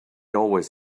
always